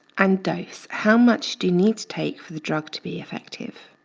and dose how much do you need to take for the drug to be effective?